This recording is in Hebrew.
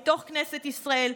מתוך כנסת ישראל,